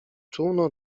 czółno